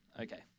Okay